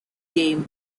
game